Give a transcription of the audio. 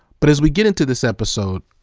but as we get into this episode,